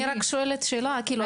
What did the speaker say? אני רק שואלת שאלה כאילו,